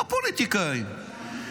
לא פוליטיקאים.